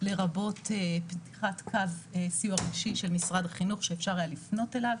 לרבות פתיחת קו סיוע רגשי של משרד החינוך שאפשר היה לפנות אליו.